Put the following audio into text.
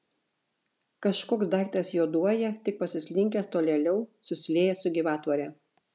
kažkoks daiktas juoduoja tik pasislinkęs tolėliau susiliejęs su gyvatvore